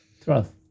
trust